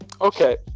Okay